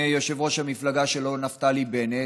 עם יושב-ראש המפלגה שלו נפתלי בנט.